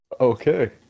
Okay